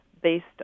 based